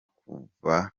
kuva